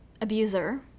abuser